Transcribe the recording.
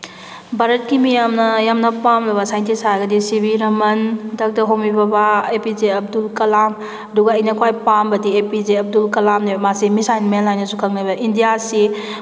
ꯚꯥꯔꯠꯀꯤ ꯃꯤꯌꯥꯝꯅ ꯌꯥꯝꯅ ꯄꯥꯝꯅꯕ ꯁꯥꯏꯟꯇꯤꯁ ꯍꯥꯏꯔꯒꯗꯤ ꯁꯤ ꯚꯤ ꯔꯃꯟ ꯗꯥꯛꯇꯔ ꯍꯣꯃꯤ ꯕꯕꯥ A P J Abdul Kalam ꯑꯗꯨꯒ ꯑꯩꯅ ꯈ꯭ꯋꯥꯏ ꯄꯥꯝꯕꯗꯤ ꯑꯦ ꯄꯤ ꯖꯦ ꯑꯕꯗꯨꯜ ꯀꯂꯥꯝꯅꯤ ꯃꯥꯁꯤ ꯃꯤꯁꯥꯏꯜ ꯃꯦꯟ ꯍꯥꯏꯅꯁꯨ ꯈꯪꯅꯕ ꯏꯟꯗꯤꯌꯥꯁꯤ